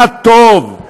הטוב,